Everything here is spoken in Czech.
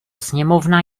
sněmovna